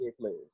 players